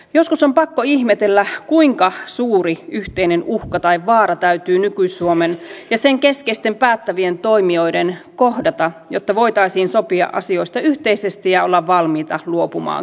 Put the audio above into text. joskus on pakko ihmetellä kuinka suuri yhteinen uhka tai vaara täytyy nyky suomen ja sen keskeisten päättävien toimijoiden kohdata jotta voitaisiin sopia asioista yhteisesti ja olla valmiita luopumaankin